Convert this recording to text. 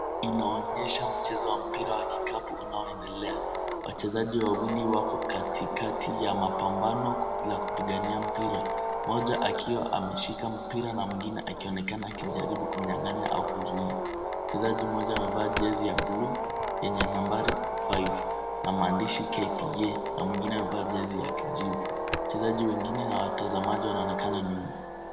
Inaonyesha mchezo wa mpira wa kikapu unaoendelea. Wachezaji wawili wako katikati ya mapambano la kupigania mpira, mmoja akiwa ameshika mpira na mwengine akionekana akijaribu kumnyang'anya au kuzuia. Mchezaji mmoja amevaa jezi ya blue yenye nambari five na maandishi KPA na mwingine amevaa jezi ya kijivu. Wachezaji wengine na watazamaji wanaonekana nyuma.